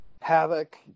Havoc